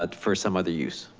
but for some other use.